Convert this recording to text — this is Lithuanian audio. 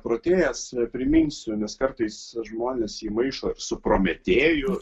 protėjas priminsiu nes kartais žmonės jį maišo ir su prometėju